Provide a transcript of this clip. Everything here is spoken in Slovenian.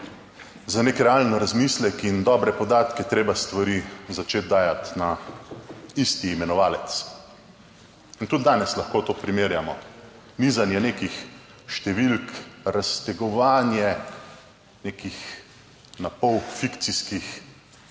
za nek realen razmislek in dobre podatke treba stvari začeti dajati na isti imenovalec. In tudi danes lahko to primerjamo, nizanje nekih številk, raztegovanje nekih napol fikcijskih